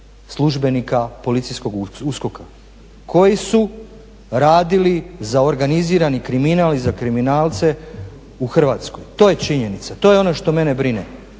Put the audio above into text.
službenika policijskog USKOK-a, koji su radili za organizirani kriminal i za kriminalce u Hrvatskoj, to je činjenica, to je ono što mene brine.